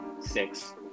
Six